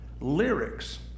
lyrics